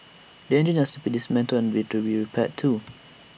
the engine has to be dismantled to be repaired too